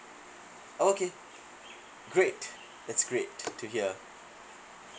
oh okay great that's great to hear